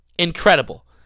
Incredible